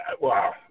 Wow